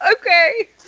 Okay